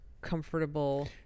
comfortable